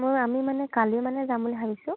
মই আমি মানে কালি মানে যাম বুলি ভাবিছোঁ